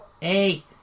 Hey